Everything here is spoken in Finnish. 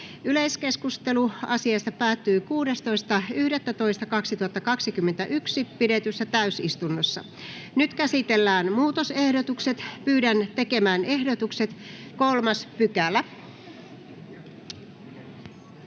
Yleiskeskustelu asiasta päättyi 16.11.2021 pidetyssä täysistunnossa. Nyt käsitellään muutosehdotukset. [Speech 2] Speaker: